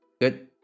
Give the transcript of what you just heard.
good